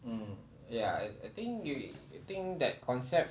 mm ya I I think you you think that concept